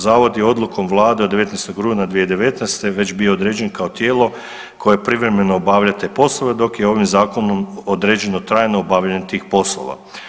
Zavod je odlukom vlade od 19. rujna 2019. već bio određen kao tijelo koje privremeno obavlja te poslove, dok je ovim zakonom određeno trajno obavljanje tih poslova.